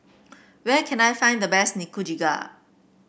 where can I find the best Nikujaga